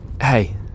Hey